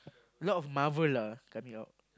a lot of Marvel lah coming out